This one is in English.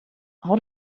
how